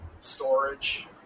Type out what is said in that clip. storage